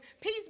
peace